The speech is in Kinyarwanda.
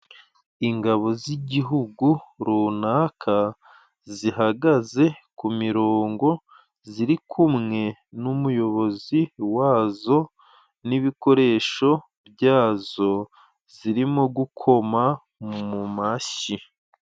Ingabo z'igihugu runaka zihagaze ku mirongo ziri kumwe n'umuyobozi wazo, n'ibikoresho byazo zirimo gukoma mu mashyi.